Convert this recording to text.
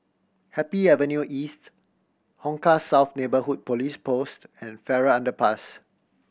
Happy Avenue East Hong Kah South Neighbourhood Police Post and Farrer Underpass